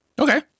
Okay